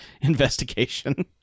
investigation